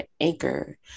Anchor